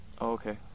Okay